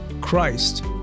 Christ